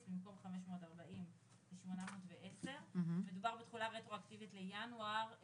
ובמקום 540 זה 810. מדובר בתחולה רטרואקטיבית לינואר.